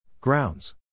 Grounds